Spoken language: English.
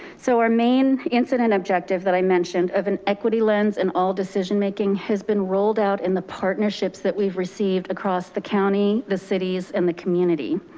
so our main incident objective that i mentioned of an equity lens in all decision making has been rolled out in the partnerships that we've received across the county, the cities and the community.